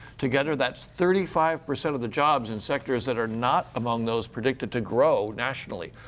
together, that's thirty five percent of the jobs in sectors that are not among those predicted to grow nationally.